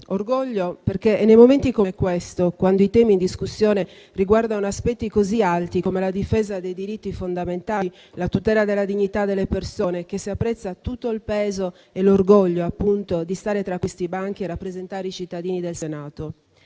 orgoglio, perché è nei momenti come questo, quando i temi in discussione riguardano aspetti così alti, come la difesa dei diritti fondamentali e la tutela della dignità delle persone, che si apprezzano tutto il peso e l'orgoglio, appunto, di stare tra questi banchi e rappresentare i cittadini del Senato.